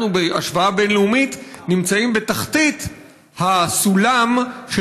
בהשוואה בין-לאומית אנחנו נמצאים בתחתית הסולם של